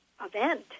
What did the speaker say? event